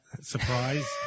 Surprise